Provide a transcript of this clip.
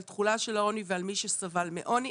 על תחולה של העוני ועל מי שסבל מעוני.